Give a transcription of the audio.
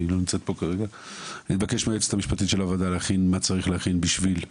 היא כרגע לא כאן - להכין את הדרוש כדי לבקש את